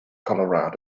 colorado